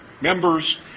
members